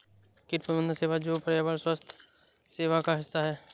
कीट प्रबंधन सेवा जो पर्यावरण स्वास्थ्य सेवा का हिस्सा है